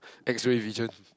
Exonic region